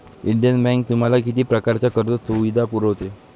Indian Bank तुम्हाला किती प्रकारच्या कर्ज सुविधा पुरवते?